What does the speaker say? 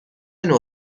نوع